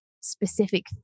specific